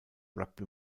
rugby